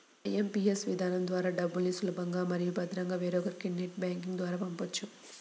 IMPS విధానం ద్వారా డబ్బుల్ని సులభంగా మరియు భద్రంగా వేరొకరికి నెట్ బ్యాంకింగ్ ద్వారా పంపొచ్చు